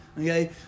okay